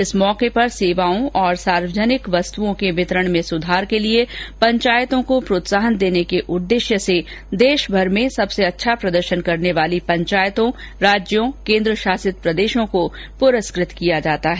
इस अवसर पर सेवाओं और सार्वजनिक वस्तुओं के वितरण में सुधार के लिए पंचायतों को प्रोत्साहन देने के वास्ते देश भर में सबसे अच्छा प्रदर्शन करने वाली पंचायतों राज्यों केंद्रशासित प्रदेशों को प्रस्कृत किया जाता है